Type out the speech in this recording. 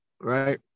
right